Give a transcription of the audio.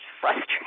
frustrated